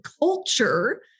culture